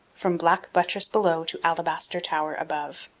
from black buttress below to alabaster tower above.